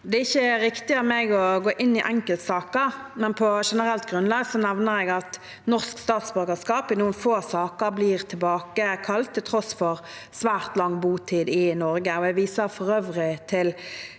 Det er ikke riktig av meg å gå inn i enkeltsaker, men på generelt grunnlag nevner jeg at norsk statsborgerskap i noen få saker blir tilbakekalt til tross for svært lang botid i Norge. Jeg viser for øvrig til